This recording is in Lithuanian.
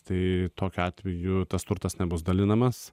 tai tokiu atveju tas turtas nebus dalinamas